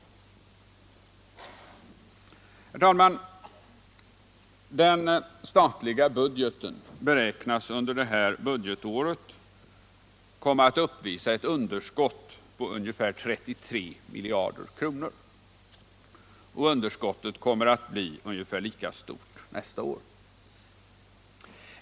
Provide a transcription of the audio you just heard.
Finansdebatt Finansdebatt Den statliga budgeten beräknas under det här budgetåret uppvisa ett underskott på ungefär 33 miljarder kronor, och underskottet kommer att bli ungefär lika stort nästa år.